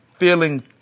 Feeling